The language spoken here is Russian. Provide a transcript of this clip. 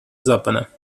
запада